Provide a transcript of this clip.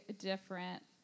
different